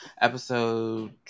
episode